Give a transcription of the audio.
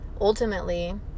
ultimately